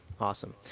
Awesome